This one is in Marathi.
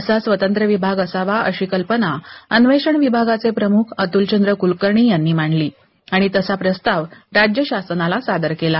असा स्वतंत्र विभाग असावा अशी कल्पना अन्वेषण विभागाचे प्रमुख अतुलचंद्र कुलकर्णी यांनी मांडली आणि तसा प्रस्ताव राज्य शासनाला सादर केला